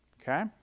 Okay